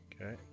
Okay